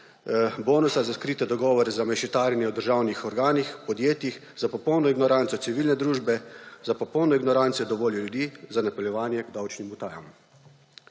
bonusa za skrite dogovore, za mešetarjenje v državnih organih, podjetjih, za popolno ignoranco civilne družbe, za popolno ignoranco dovolj ljudi, za napeljevanje k davčnih utajam.